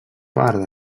part